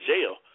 jail